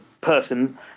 person